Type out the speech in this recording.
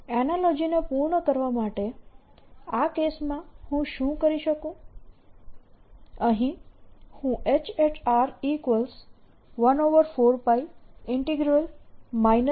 analogy ને પૂર્ણ કરવા માટે આ કેસમાં હું શું કરી શકું અહીં હું H14π